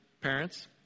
parents